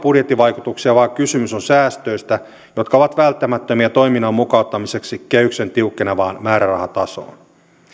budjettivaikutuksia vaan kysymys on säästöistä jotka ovat välttämättömiä toiminnan mukauttamiseksi kehyksen tiukkenevaan määrärahatasoon